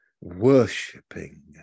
worshipping